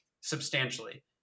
substantially